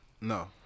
no